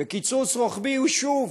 וקיצוץ רוחבי הוא שוב